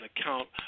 account